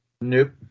Nope